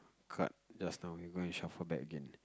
card just now you go and shuffle back again